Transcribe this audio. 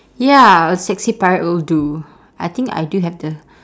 ya a sexy pirate will do I think I do have the